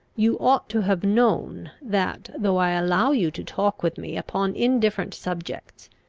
you ought to have known that, though i allow you to talk with me upon indifferent subjects,